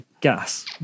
gas